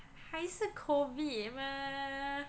还是 COVID mah